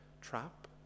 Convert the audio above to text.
trap